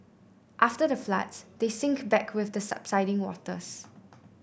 after the floods they sink back with the subsiding waters